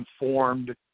informed